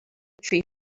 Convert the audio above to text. tree